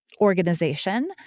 organization